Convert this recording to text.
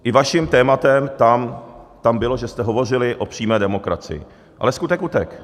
I vaším tématem tam bylo, že jste hovořili o přímé demokracii, ale skutek utek.